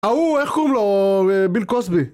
ההוא איך קוראים לו ביל קוסבי